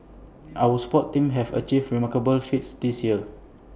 our sports teams have achieved remarkable feats this year